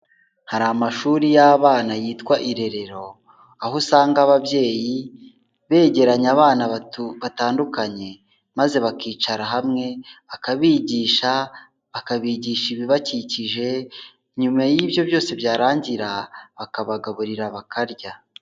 Hari amashuri y'abana yitwa irerero, aho usanga ababyeyi begeranya abana batandukanye maze bakicara hamwe bakabigisha, bakabigisha ibibakikije, nyuma y'ibyo byose byarangira bakabagaburira bakarya.